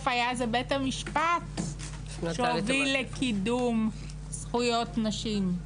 היה זה בית המשפטשהוביל לקידום זכויות נשים.